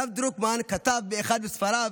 הרב דרוקמן כתב באחד מספריו: